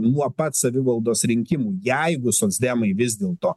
nuo pat savivaldos rinkimų jeigu socdemai vis dėlto